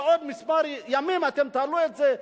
בעוד כמה ימים אתם תעלו את זה,